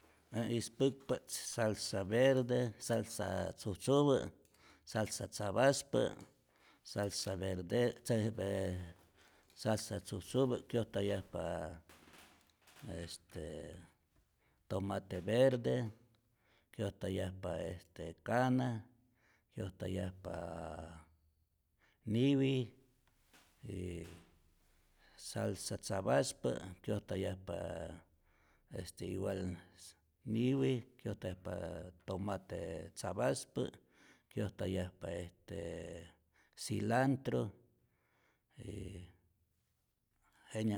Äj ispäkpa't salsa verde, salsa tzujtzupä, salsa tzapaspä, salsa verde' se ver, salsa tzujtzupä kyojtayajpa estee tomate verde, kyojtayajpa este kana, kyojtayajpa niwi, y salsa tzapaspä kyojtayajpaa este igual niwi, kyojtayajpa tomate tzapaspä, kyojtayajpa estee cilantro y jenyap.